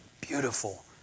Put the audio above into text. beautiful